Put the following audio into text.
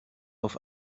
auf